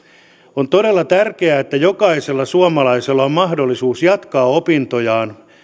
on todella tärkeää että jokaisella suomalaisella on mahdollisuus jatkaa opintojaan